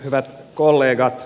hyvät kollegat